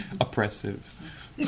oppressive